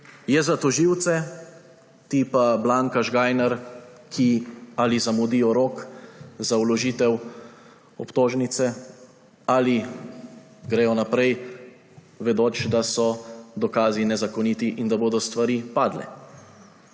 Je za tožilce tipa Blanka Žgajner, ki ali zamudijo rok za vložitev obtožnice ali gredo naprej, vedoč, da so dokazi nezakoniti in da bodo stvari padle.